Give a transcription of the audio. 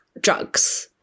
drugs